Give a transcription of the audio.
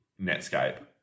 Netscape